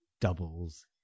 doubles